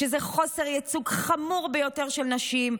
שזה חוסר ייצוג חמור ביותר של נשים,